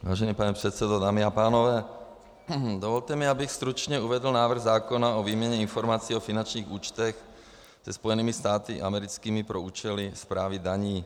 Vážený pane předsedo, dámy a pánové, dovolte mi, abych stručně uvedl návrh zákona o výměně informací o finančních účtech se Spojenými státy americkými pro účely správy daní.